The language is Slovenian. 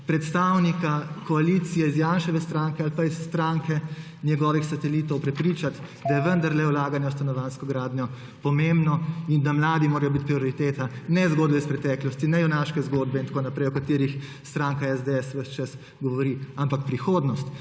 predstavnika koalicije iz Janševe stranke ali pa iz stranke njegovih satelitov prepričati, da je vendarle vlaganje v stanovanjsko gradnjo pomembno in da mladi morajo biti prioriteta, ne zgodbe iz preteklosti, ne junaške zgodbe in tako naprej, o katerih stranka SDS ves čas govori, ampak prihodnost.